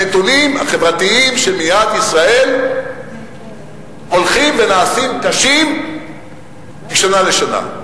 הנתונים החברתיים של מדינת ישראל הולכים ונעשים קשים משנה לשנה.